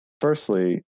firstly